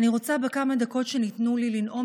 אני רוצה בכמה דקות שניתנו לי לנאום